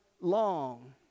long